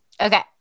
okay